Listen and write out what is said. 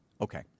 Okay